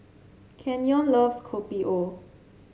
Kenyon loves Kopi O